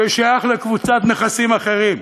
שהוא שייך לקבוצת נכסים אחרים,